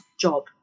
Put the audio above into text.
job